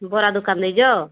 ବରା ଦୋକାନ ଦେଇଛ